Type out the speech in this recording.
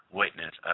witness